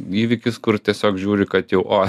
įvykis kur tiesiog žiūri kad jau o